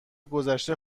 گذشته